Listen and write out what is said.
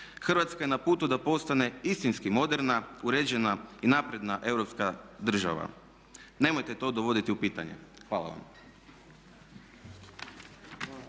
Hrvatska je na putu da postane istinski moderna, uređena i napredna europska država nemojte to dovoditi u pitanje. Hvala vam.